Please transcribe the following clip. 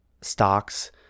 stocks